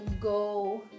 go